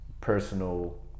personal